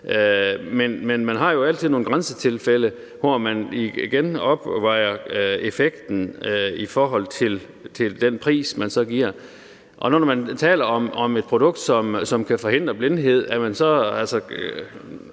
Men man har jo altid nogle grænsetilfælde, hvor man afvejer effekten i forhold til prisen. Med hensyn til produktet, som kan forhindre blindhed